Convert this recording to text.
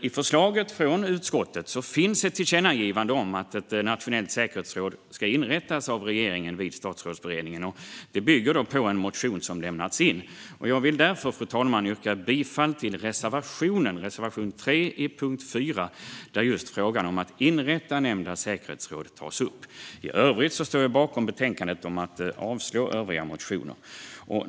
I förslaget från utskottet finns ett tillkännagivande om att ett nationellt säkerhetsråd ska inrättas av regeringen vid Statsrådsberedningen. Det bygger på en motion som lämnats in. Jag vill därför, fru talman, yrka bifall till reservation 3 under punkt 4, där just frågan om att inrätta nämnda säkerhetsråd tas upp. I övrigt står jag bakom betänkandets förslag att avslå övriga motioner.